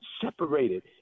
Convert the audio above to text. separated